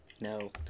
no